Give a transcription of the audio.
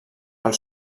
pel